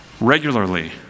regularly